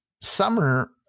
summer